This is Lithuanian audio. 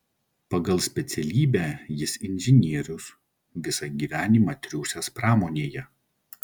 pagal specialybę jis inžinierius visą gyvenimą triūsęs pramonėje